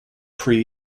pre